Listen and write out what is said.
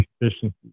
efficiency